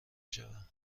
شوم